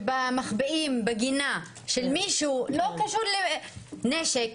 שבה מחביאים בגינה של מישהו, לא קשור לנשק,